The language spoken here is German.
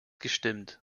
gestimmt